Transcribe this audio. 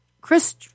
Chris